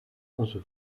onze